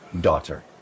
daughter